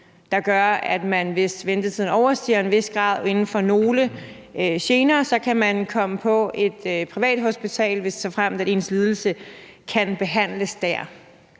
der gør, at hvis ventetiden overstiger et vist tidsrum i forhold til graden af nogle gener, så kan man komme på et privathospital, såfremt ens lidelse kan behandles der.